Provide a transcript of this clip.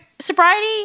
sobriety